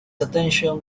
attention